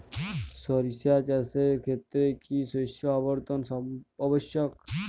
সরিষা চাষের ক্ষেত্রে কি শস্য আবর্তন আবশ্যক?